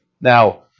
Now